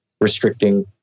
restricting